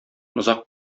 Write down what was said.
озак